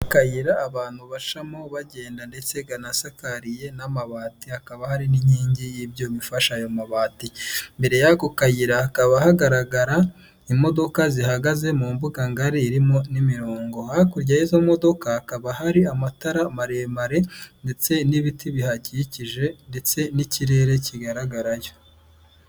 Akayira abantu bacamo bagenda ndetse kanasakariye n'amabati, hakaba hari n'inkingi y'ibyuma ifashe ayo mabati, imbere y'ako kayira hakaba hagaragara imodoka zihagaze mu mbugangari irimo n'imirongo, hakurya y'izo modoka hakaba hari amatara maremare ndetse n'ibiti bihakikije ndetse n'ikirere kigaragarayo.